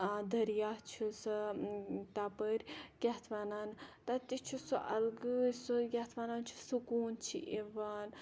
دٔریا چھُ سۄ تَپٲرۍ کیاہ اَتھ وَنان تَتہِ چھُ سُہ اَلگٕے سُہ کیاہ اَتھ وَنان چھِ سکوٗن چھُ یِوان